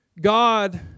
God